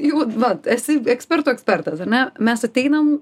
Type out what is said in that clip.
jau vat esi ekspertų ekspertas ar ne mes ateinam